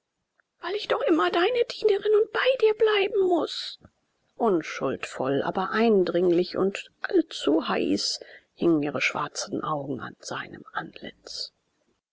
weil ich doch immer deine dienerin und bei dir bleiben muß unschuldvoll aber eindringlich und allzu heiß hingen ihre schwarzen augen an seinem antlitz